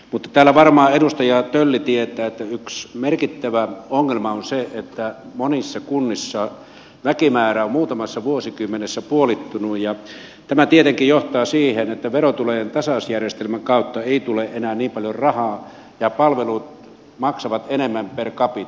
mutta täällä varmaan edustaja tölli tietää että yksi merkittävä ongelma on se että monissa kunnissa väkimäärä on muutamassa vuosikymmenessä puolittunut ja tämä tietenkin johtaa siihen että verotulojen tasausjärjestelmän kautta ei tule enää niin paljon rahaa ja palvelut maksavat enemmän per capita